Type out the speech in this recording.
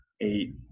eight